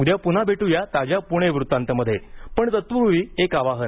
उद्या पुन्हा भेटू ताज्या पुणे वृत्तांतमध्ये पण तत्पूर्वी एक आवाहन